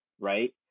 right